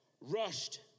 rushed